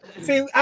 See